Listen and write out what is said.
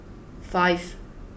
five